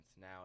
Now